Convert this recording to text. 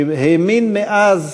שהאמין מאז